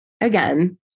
again